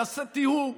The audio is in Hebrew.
יעשה טיהור.